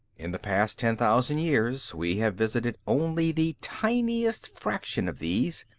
in the past ten thousand years, we have visited only the tiniest fraction of these,